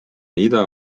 ida